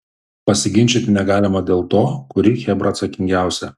pasiginčyti negalima dėl to kuri chebra atsakingiausia